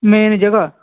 main ਜਗ੍ਹਾ